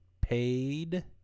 paid